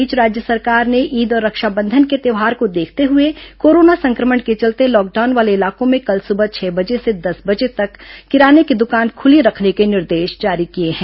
इस बीच राज्य सरकार ने ईद और रक्षाबंधन के त्यौहार को देखते हुए कोरोना संक्रमण के चलते लॉकडाउन वाले इलाकों में कल सुबह छह बजे से दस बजे तक किराने की दुकान खुली रखने के निर्देश जारी किए हैं